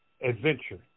adventure